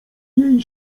jej